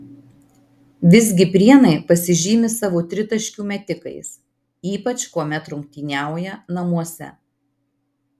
visgi prienai pasižymi savo tritaškių metikais ypač kuomet rungtyniauja namuose